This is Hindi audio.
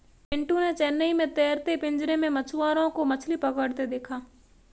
पिंटू ने चेन्नई में तैरते पिंजरे में मछुआरों को मछली पकड़ते देखा